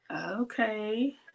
Okay